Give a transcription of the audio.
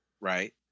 right